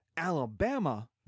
Alabama